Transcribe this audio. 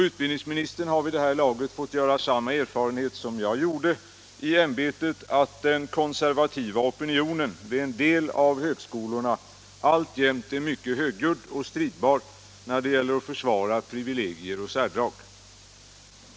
Utbildningsministern har vid det här laget fått göra samma erfarenhet som jag gjorde i ämbetet, att den konservativa opinionen vid en del av högskolorna alltjämt är mycket högljudd och stridbar när det gäller att försvara privilegier och särdrag.